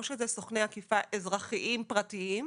או שאלו סוכני אכיפה אזרחיים פרטיים,